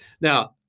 Now